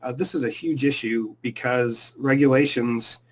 ah this is a huge issue because regulations,